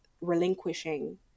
relinquishing